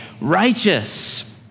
righteous